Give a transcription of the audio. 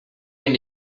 and